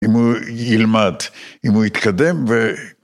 ‫אם הוא ילמד, אם הוא יתקדם, ו...